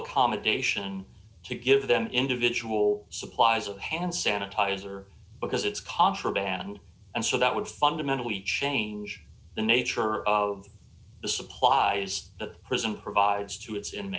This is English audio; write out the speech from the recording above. accommodation to give them individual supplies of hand sanitizer because it's contraband and so that would fundamentally change the nature of the supplies the prison provides to its in